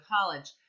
college